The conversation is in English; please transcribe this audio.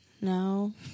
No